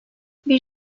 bir